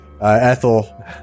Ethel